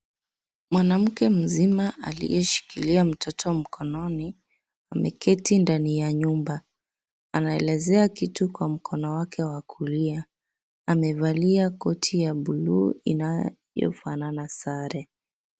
Mwanamke mzima aliyeshikilia mtoto mkononi ameketi ndani ya nyumba anaelezea kitu kwsa mkono wake wa kulia. Amevalia koti la buluu inayofanana sare.